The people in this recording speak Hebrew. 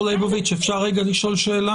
אפשר לשאול שאלה?